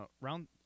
round